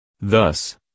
Thus